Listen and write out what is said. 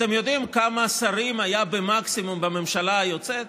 אתם יודעים כמה שרים היה במקסימום בממשלה היוצאת?